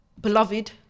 beloved